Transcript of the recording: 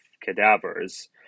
cadavers